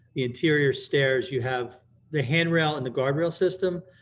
interior stairs, you have the handrail and the guardrail system,